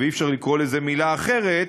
ואי-אפשר לקרוא לזה במילה אחרת,